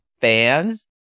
fans